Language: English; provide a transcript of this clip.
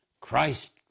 Christ